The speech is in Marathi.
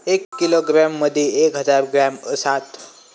एक किलोग्रॅम मदि एक हजार ग्रॅम असात